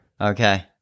Okay